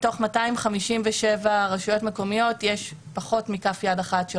מתוך 257 רשויות מקומיות יש פחות מכף יד אחת של